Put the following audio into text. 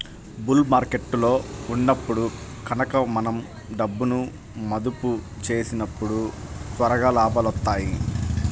bull మార్కెట్టులో ఉన్నప్పుడు గనక మనం డబ్బును మదుపు చేసినప్పుడు త్వరగా లాభాలొత్తాయి